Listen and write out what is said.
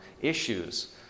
issues